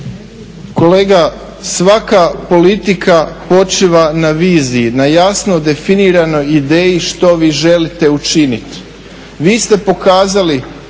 Kolega, svaka politika počiva na viziji, na jasno definiranoj ideji što vi želite učiniti. Vi ste pokazali